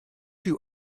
you